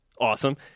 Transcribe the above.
awesome